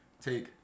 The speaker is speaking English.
take